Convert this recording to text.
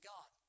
God